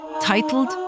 titled